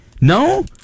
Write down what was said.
No